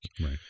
Right